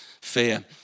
fear